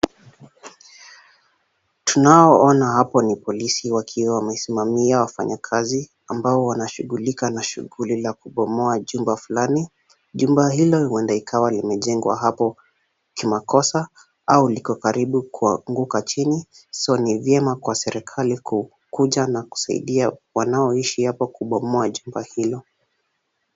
Tunaoona hapa ni polisi wakiwa wamesimamia wafanyikazi ambao wanashughulika na shughuli la kubomoa jumba fulani. Jumba hilo huenda ikawa limejengwa hapo kimakosa au likokaribu kuanguka chini. So ni vyema kwa serikali kukuja na kusaidia wanaoishi hapa kubomoa jumba hilo.